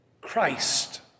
Christ